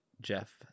Jeff